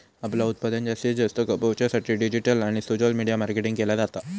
आपला उत्पादन जास्तीत जास्त खपवच्या साठी डिजिटल आणि सोशल मीडिया मार्केटिंग केला जाता